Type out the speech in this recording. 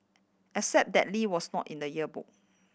except that Lee was not in the yearbook